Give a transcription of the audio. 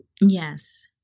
Yes